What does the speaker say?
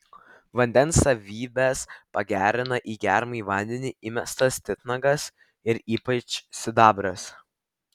vandens savybes pagerina į geriamąjį vandenį įmestas titnagas ir ypač sidabras